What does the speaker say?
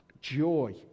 joy